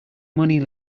money